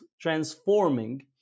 transforming